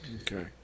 Okay